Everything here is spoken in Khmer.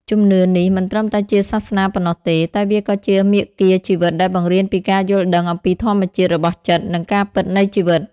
ជំនឿនេះមិនត្រឹមតែជាសាសនាប៉ុណ្ណោះទេ តែវាក៏ជាមាគ៌ាជីវិតដែលបង្រៀនពីការយល់ដឹងអំពីធម្មជាតិរបស់ចិត្ត និងការពិតនៃជីវិត។